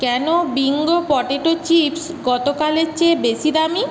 কেন Bingo potato chips গতকালের চেয়ে বেশি দামি